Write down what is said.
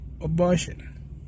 abortion